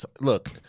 Look